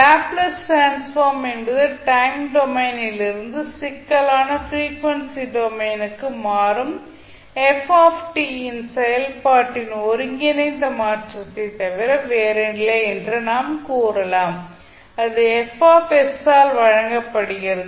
Laplace transform என்பது time domain லிருந்து சிக்கலான பிரீஃவென்சி டொமைன் க்கு மாறும் f செயல்பாட்டின் ஒருங்கிணைந்த மாற்றத்தை தவிர வேறில்லை என்று நாம் கூறலாம் அது F ஆல் வழங்கப்படுகிறது